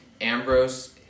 Ambrose